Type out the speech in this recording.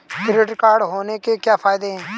Credit card होने के क्या फायदे हैं?